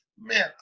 Man